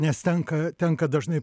nes tenka tenka dažnai